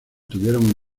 tuvieron